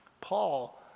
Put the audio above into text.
Paul